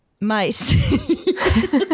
mice